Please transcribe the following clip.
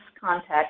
contact